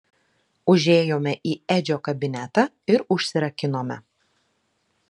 užėjome į edžio kabinetą ir užsirakinome